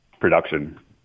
production